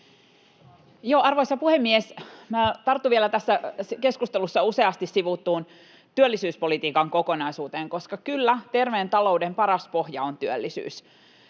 Arvoisa puhemies! Minä tartun vielä tässä keskustelussa useasti sivuttuun työllisyyspolitiikan kokonaisuuteen, koska kyllä, terveen talouden paras pohja on työllisyys: